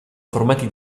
formati